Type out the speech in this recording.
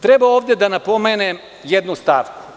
Treba ovde da napomenem jednu stavku.